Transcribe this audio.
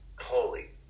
Holy